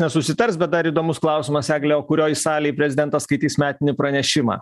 nesusitars bet dar įdomus klausimas egle kurioj salėj prezidentas skaitys metinį pranešimą